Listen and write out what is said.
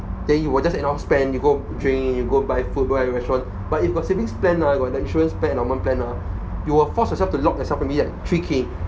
then you will just anyhow spend you go drink you go buy food go out have restaurant but if got savings plan ah got the insurance plan endowment plan ah you will force yourself to lock yourself for example like three K